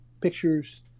pictures